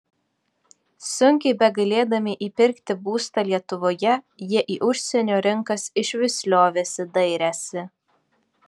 sunkiai begalėdami įpirkti būstą lietuvoje jie į užsienio rinkas išvis liovėsi dairęsi